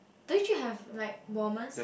do you have like warmers